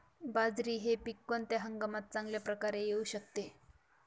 बाजरी हे पीक कोणत्या हंगामात चांगल्या प्रकारे येऊ शकते?